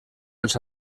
els